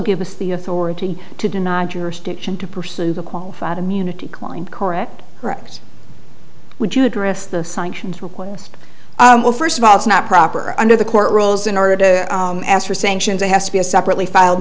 give us the authority to deny jurisdiction to pursue the qualified immunity claim correct correct would you address the sanctions request well first of all it's not proper under the court rules in order to ask for sanctions or has to be a separately filed